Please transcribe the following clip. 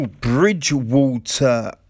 Bridgewater